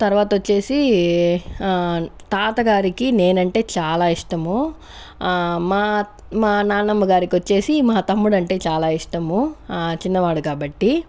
తర్వాత వచ్చేసి తాతగారికి నేనంటే చాలా ఇష్టము మా మా నాన్నమ్మ గారికొచ్చేసి మా తమ్ముడంటే చాలా ఇష్టము ఆ చిన్నవాడు కాబట్టి